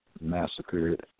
massacred